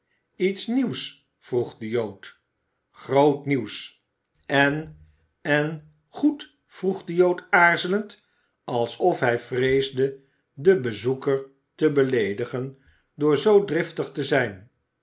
iets nieuws vroeg de jood groot nieuws en en goed vroeg de jood aarzelend alsof hij vreesde den bezoeker te beleedigen door zoo driftig te zijn